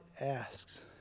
asks